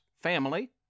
family